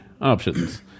options